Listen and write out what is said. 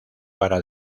para